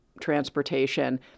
transportation